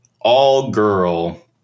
all-girl